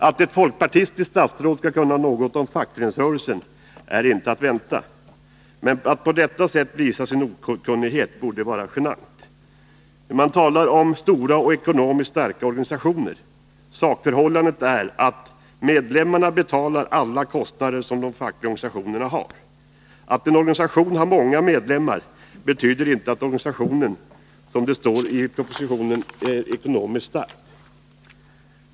Att ett folkpartistiskt statsråd skall kunna något om fackföreningsrörelsen är inte att vänta. Men att på detta sätt visa sin okunnighet borde vara genant. Han talar om ”stora och ekonomiskt starka organisationer”. Sakförhållandet är att medlemmarna betalar alla kostnader som de fackliga organisationerna har. Att en organisation har många medlemmar betyder inte att organisationen, som det står i propositionen, är ekonomiskt stark.